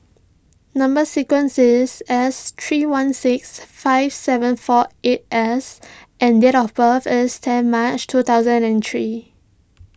Number Sequence is S three one six five seven four eight S and date of birth is ten March two thousand and three